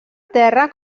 terra